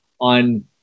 on